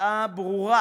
השפעה ברורה